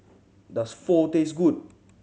does Pho taste good